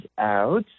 out